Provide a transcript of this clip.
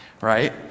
right